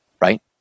right